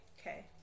Okay